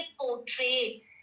portray